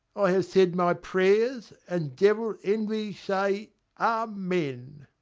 i have said my prayers and devil envy say amen.